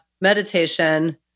meditation